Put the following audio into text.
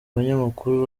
abanyamakuru